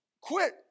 Quit